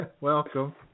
Welcome